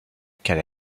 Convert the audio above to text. qu’elle